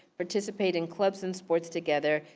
participate in clubs and sports together,